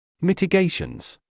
Mitigations